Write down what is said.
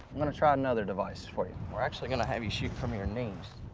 i'm gonna try another device for you. we're actually gonna have you shoot from your knees.